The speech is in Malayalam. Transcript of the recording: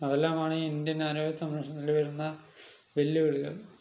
അതെല്ലാമാണ് ഇന്ത്യൻ ആരോഗ്യ സംരക്ഷണത്തിൽ വരുന്ന വെല്ലുവിളികൾ